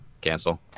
cancel